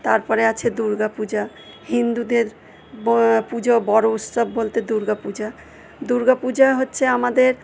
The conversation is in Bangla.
তারপরে আছে দুর্গা পূজা হিন্দুদের পুজো বড়ো উৎসব বলতে দুর্গা পূজা দুর্গা পূজা হচ্ছে আমাদের